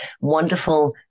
wonderful